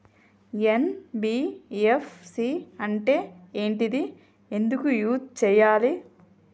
NBFC అంటే ఏంటిది ఎందుకు యూజ్ చేయాలి?